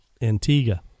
Antigua